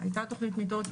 היתה תוכנית מיטות,